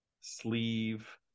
Sleeve